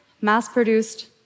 mass-produced